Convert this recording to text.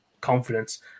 confidence